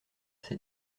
ces